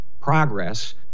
progress